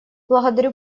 благодарю